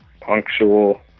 punctual